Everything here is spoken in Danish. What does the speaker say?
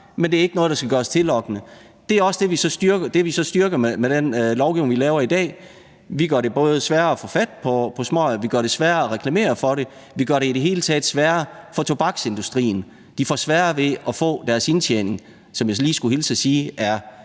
men det er ikke noget, der skal gøres tillokkende. Det er så også det, vi styrker med den lovgivning, vi laver i dag. Vi gør det sværere at få fat på smøger; vi gør det sværere at reklamere for dem; og vi gør det i det hele taget sværere for tobaksindustrien. Virksomhederne får sværere ved at få deres indtjening, som jeg lige skulle hilse at sige er